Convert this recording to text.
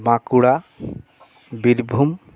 Bankura Birbhum